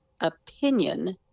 opinion